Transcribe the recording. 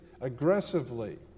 aggressively